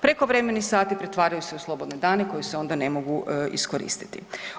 Prekovremeni sati pretvaraju se u slobodne dane koji se onda ne mogu iskoristiti.